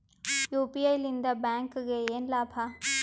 UPI ಲಿಂದ ಬ್ಯಾಂಕ್ಗೆ ಏನ್ ಲಾಭ?